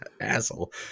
asshole